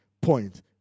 point